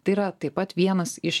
tai yra taip pat vienas iš